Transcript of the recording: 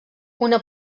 una